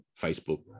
Facebook